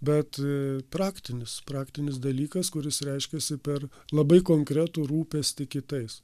bet praktinis praktinis dalykas kuris reiškiasi per labai konkretų rūpestį kitais